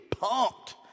pumped